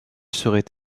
serait